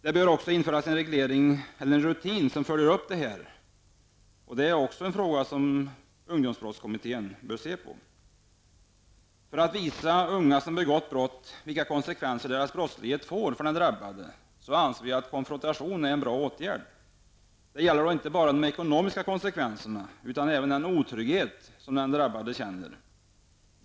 Det bör införas en reglering eller en rutin som följer upp detta. Det är också en fråga som ungdomsbrottskommittén bör se på. För att visa unga som begått brott vilka konsekvenser deras brottslighet får för den drabbade, anser vi att konfrontation är en bra åtgärd. Det gäller då inte bara ekonomiska konsekvenser, utan även den otrygghet som den drabbade känner.